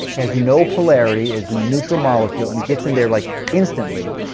has no polarity, is a neutral molecule and gets in there like instantly,